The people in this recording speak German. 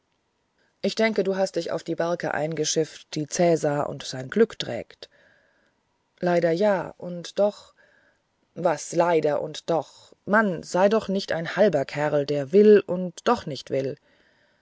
ich denke du hast dich auf die barke eingeschifft die cäsar und sein glück trägt leider ja und doch was leider und doch mann sei doch nicht ein halber kerl der will und doch nicht will